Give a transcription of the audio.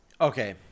Okay